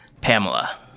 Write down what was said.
Pamela